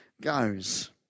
goes